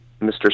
Mr